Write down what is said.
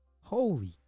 Holy